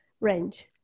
range